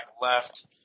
left